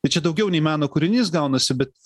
tai čia daugiau nei meno kūrinys gaunasi bet